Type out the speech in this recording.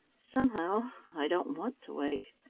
somehow i don't want to wake,